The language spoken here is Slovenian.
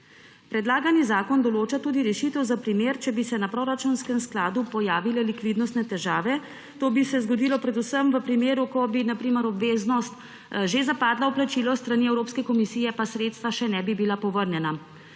Predlagani zakon določa tudi rešitev za primer, če bi se na proračunskem skladu pojavile likvidnostne težave. To bi se zgodilo predvsem v primeru, ko bi na primer obveznost že zapadla v plačilo, s strani Evropske komisije pa sredstva še ne bi bila povrnjena.